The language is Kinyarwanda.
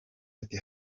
ati